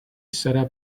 serà